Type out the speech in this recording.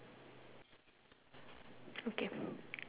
okay